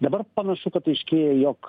dabar panašu kad aiškėja jog